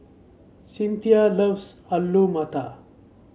Cinthia loves Alu Matar